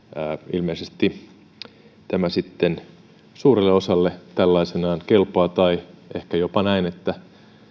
ilmeisesti tämä sitten suurelle osalle tällaisenaan kelpaa tai ehkä on jopa näin että